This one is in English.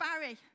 Barry